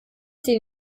sie